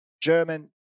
German